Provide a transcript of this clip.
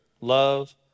love